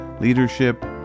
leadership